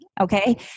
okay